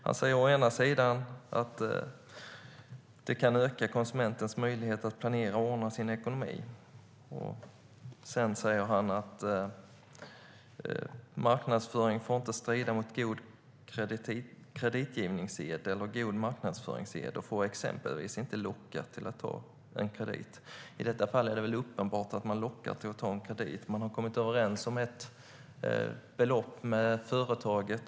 Han säger å ena sidan att det kan öka konsumentens möjligheter att planera och ordna sin ekonomi och å andra sidan att marknadsföringen inte får strida mot god kreditgivningssed eller god marknadsföringssed och exempelvis inte får locka till att ta en kredit. I detta fall är det väl uppenbart att man lockas att ta en kredit. Man har kommit överens om ett belopp med företaget.